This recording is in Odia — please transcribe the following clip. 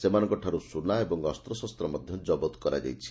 ସେମାନଙ୍କଠାରୁ ସୁନା ଏବଂ ଅସ୍ତଶସ୍ତ ମଧ୍ଧ ଜବତ କରାଯାଇଛି